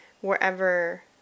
wherever